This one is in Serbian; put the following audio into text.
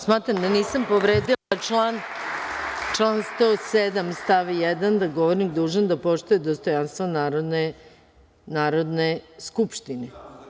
Smatram da nisam povredila član 107. stav 1 - da je govornik dužan da poštuje dostojanstvo Narodne skupštine.